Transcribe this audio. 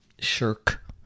shirk